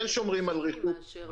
הרפרנטים של חוק